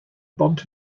bont